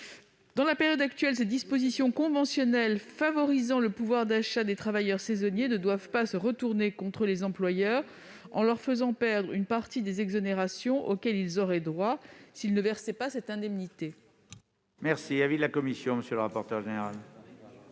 Dans la période actuelle, ces dispositions conventionnelles favorisant le pouvoir d'achat des travailleurs saisonniers ne doivent pas se retourner contre les employeurs, en leur faisant perdre une partie des exonérations auxquels ils auraient droit s'ils ne versaient pas cette indemnité.